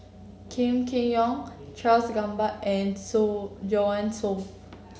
Kam Kee Yong Charles Gamba and Soo Joanne Soo